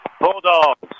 Bulldogs